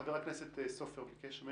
חבר הכנסת אופיר סופר ביקש.